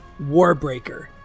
Warbreaker